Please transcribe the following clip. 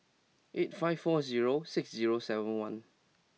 eight five four zero six zero seven one